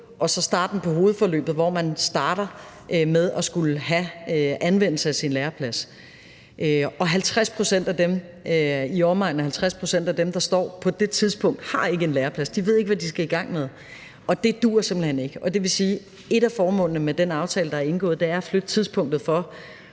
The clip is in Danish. og starten på hovedforløbet, hvor man starter med at skulle anvende sin læreplads. Og i omegnen af 50 pct. af dem, der er der på det tidspunkt, har ikke en læreplads; de ved ikke, hvad de skal i gang med – og det duer simpelt hen ikke. Det vil sige, at et af formålene med den aftale, der er indgået, er at flytte tidspunktet for,